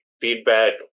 feedback